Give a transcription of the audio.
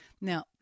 Now